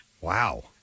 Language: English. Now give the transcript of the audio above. Wow